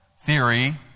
theory